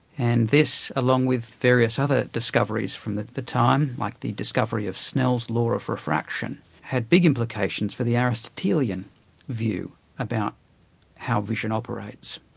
and this, along with various other discoveries from the the time, like the discovery of snell's law of refraction, had big implications for the aristotelian view about how vision operates.